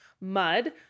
mud